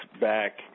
back